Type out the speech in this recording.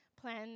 plan